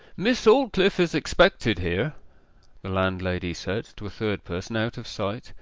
miss aldclyffe is expected here the landlady said to a third person, out of sight,